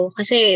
kasi